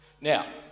Now